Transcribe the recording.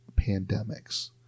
pandemics